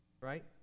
right